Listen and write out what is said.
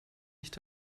nicht